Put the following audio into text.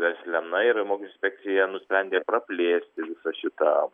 versle na ir mokesčių inspekcija nusprendė praplėsti visą šitą